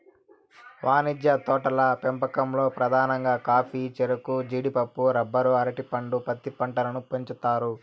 వాణిజ్య తోటల పెంపకంలో పధానంగా కాఫీ, చెరకు, జీడిపప్పు, రబ్బరు, అరటి పండు, పత్తి పంటలను పెంచుతారు